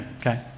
okay